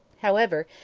however,